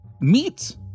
meat